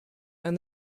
and